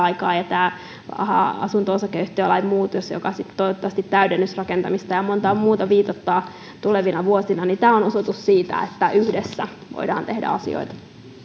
aikaan tämä asunto osakeyhtiölain muutos joka sitten toivottavasti täydennysrakentamista ja montaa muuta viitoittaa tulevina vuosina on osoitus siitä että yhdessä voidaan tehdä asioita